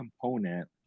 component